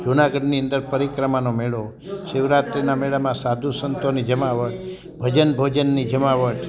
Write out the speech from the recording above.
જુનાગઢની અંદર પરિક્રમાનો મેળો શિવરાત્રીનાં મેળામાં સાધુસંતોની જમાવટ ભજન ભોજનની જમાવટ